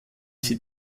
sie